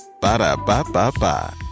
Ba-da-ba-ba-ba